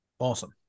Awesome